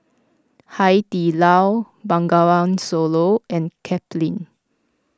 Hai Di Lao Bengawan Solo and Kipling